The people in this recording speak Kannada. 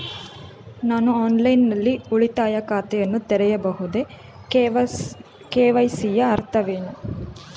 ನಾನು ಆನ್ಲೈನ್ ನಲ್ಲಿ ಉಳಿತಾಯ ಖಾತೆಯನ್ನು ತೆರೆಯಬಹುದೇ? ಕೆ.ವೈ.ಸಿ ಯ ಅರ್ಥವೇನು?